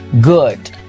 good